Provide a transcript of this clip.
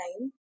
time